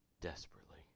desperately